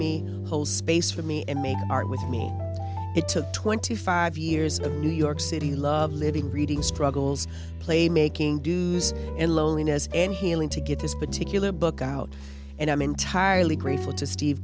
me whole space for me and made art with me it took twenty five years of new york city love living reading struggles playmaking do's and loneliness and healing to get this particular book out and i'm entirely grateful to steve